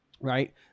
right